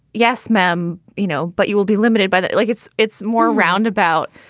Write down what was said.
yes, ma'am, you know, but you will be limited by that. like, it's it's more roundabout.